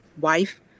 wife